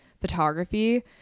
photography